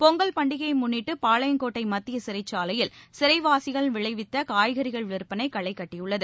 பொங்கல் பண்டிகையை முன்னிட்டு பாளையங்கோட்டை மத்திய சிறைச்சாலையில் சிறைவாசிகள் விளைவித்த காய்கறிகள் விற்பனை களை கட்டியுள்ளது